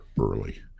early